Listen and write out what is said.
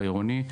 בעירוני,